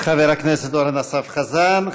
לחבר הכנסת אורן אסף חזן.